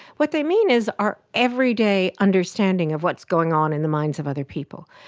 what they mean is our everyday understanding of what's going on in the minds of other people.